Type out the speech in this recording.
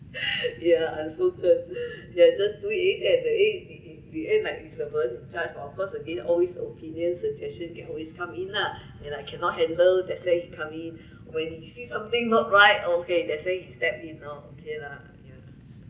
yeah uncertain ya just do it it that it in the end like is the person in charge but of course again always opinion and suggestion can always come in lah when I cannot handle that's why you come in when you see something not right okay that's when you step in loh okay lah yeah